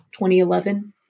2011